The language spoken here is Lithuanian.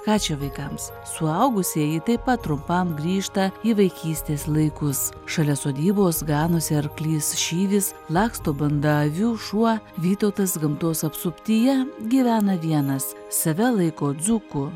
ką čia vaikams suaugusieji taip pat trumpam grįžta į vaikystės laikus šalia sodybos ganosi arklys šyvis laksto banda avių šuo vytautas gamtos apsuptyje gyvena vienas save laiko dzūku